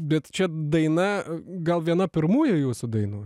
bet čia daina gal viena pirmųjų jūsų dainų